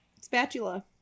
spatula